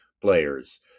players